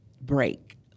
break